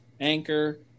Anchor